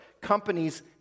companies